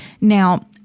Now